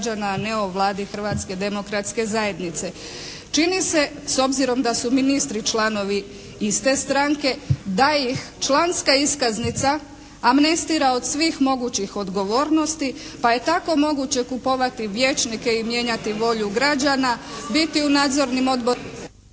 a ne o Vladi Hrvatske demokratske zajednice. Čini se, s obzirom da su ministri članovi iste stranke da ih članska iskaznica amnestira od svih mogućih odgovornosti, pa je tako moguće kupovati vijećnike i mijenjati volju građana, biti u nadzornim odborima